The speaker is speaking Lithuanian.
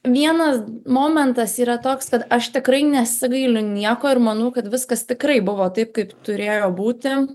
vienas momentas yra toks kad aš tikrai nesigailiu nieko ir manau kad viskas tikrai buvo taip kaip turėjo būti